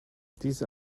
these